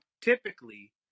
typically